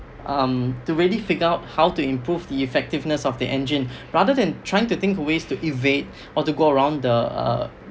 um to really figure out how to improve the effectiveness of the engine rather than trying to think of ways to evade or to go around the uh